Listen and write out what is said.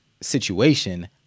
situation